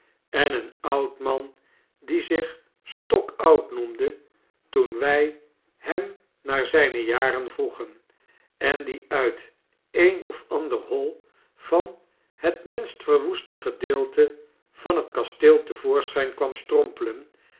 en een oud man die zich stokoud noemde toen wij hem naar zijne jaren vroegen en die uit een of ander hoi van het minst verwoeste gedeelte van het kasteel te voorschjjn kwam strompelen